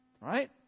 Right